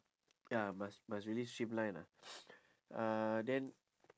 ya must must really streamline lah uh then